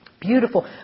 Beautiful